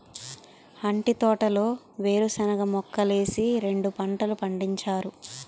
అంటి తోటలో వేరుశనగ మొక్కలేసి రెండు పంటలు పండించారు